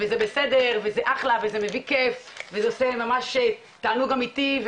כי זה בסדר וזה אחלה וזה מביא כיף וזה עושה תענוג אמיתי,